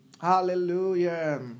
Hallelujah